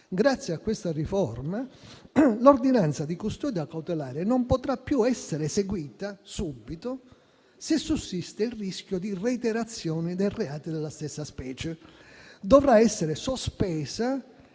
grazie a questa riforma, l'ordinanza di custodia cautelare non potrà più essere eseguita subito se sussiste il rischio di reiterazione di reati della stessa specie; dovrà essere sospesa